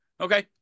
Okay